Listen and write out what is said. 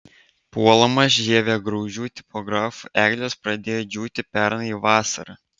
puolamos žievėgraužių tipografų eglės pradėjo džiūti pernai vasarą